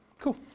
cool